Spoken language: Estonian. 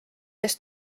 kes